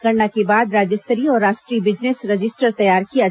गणना के बाद राज्य स्तरीय और राष्ट्रीय बिजनेस रजिस्टर तैयार किया जाएगी